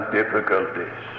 difficulties